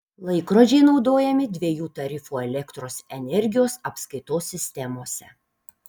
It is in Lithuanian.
laikrodžiai naudojami dviejų tarifų elektros energijos apskaitos sistemose